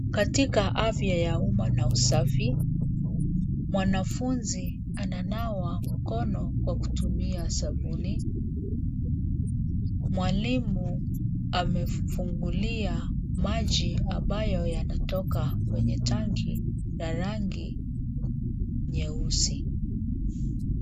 Katika afya ya umma na usafi, mwanafunzi ananawa mkono kwa kutumia sabuni . Mwalimu amefungulia maji ambayo yanatoka kwenye tanki la rangi nyeusi.